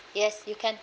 yes you can